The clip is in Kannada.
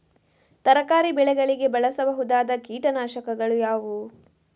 ತರಕಾರಿ ಬೆಳೆಗಳಿಗೆ ಬಳಸಬಹುದಾದ ಕೀಟನಾಶಕಗಳು ಯಾವುವು?